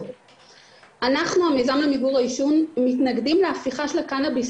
אנחנו מנסים לעשות את המהירות האפשרית